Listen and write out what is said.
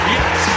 Yes